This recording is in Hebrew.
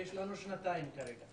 ויש לנו שנתיים כרגע